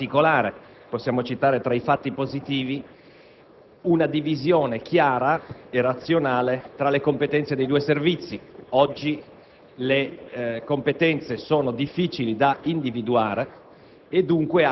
In particolare possiamo citare tra i fatti positivi una divisione chiara e razionale tra le competenze dei due Servizi. Oggi le competenze sono difficili da individuare